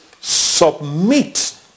submit